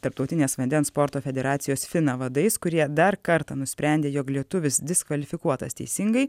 tarptautinės vandens sporto federacijos fina vadais kurie dar kartą nusprendė jog lietuvis diskvalifikuotas teisingai